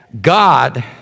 God